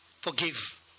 Forgive